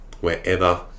wherever